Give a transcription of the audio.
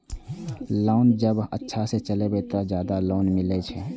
Loan जब अच्छा से चलेबे तो और ज्यादा लोन मिले छै?